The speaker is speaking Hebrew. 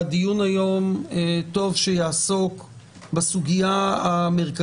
איתה, כי היא חשובה והיא עוסקת בדיני נפשות, ומצד